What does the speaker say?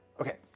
Okay